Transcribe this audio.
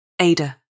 Ada